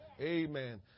Amen